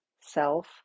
self